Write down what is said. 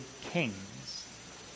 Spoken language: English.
kings